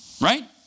right